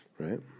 Right